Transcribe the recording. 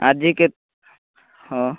ଆଜି କେତେ ହଁ